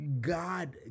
God